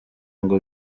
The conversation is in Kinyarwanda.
ngo